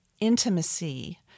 intimacy